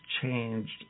changed